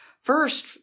First